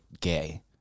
gay